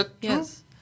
Yes